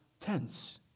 tense